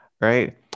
Right